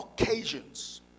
occasions